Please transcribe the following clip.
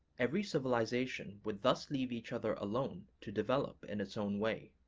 every civilization would thus leave each other alone to develop in its own way.